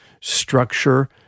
structure